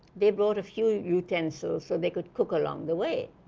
they brought a few utensils so they could cook along the way.